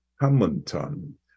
Hamilton